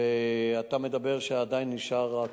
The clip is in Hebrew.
ואתה אומר שעדיין נשארת הכוכבית.